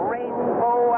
Rainbow